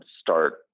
start